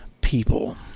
people